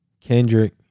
Kendrick